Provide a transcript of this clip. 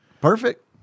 Perfect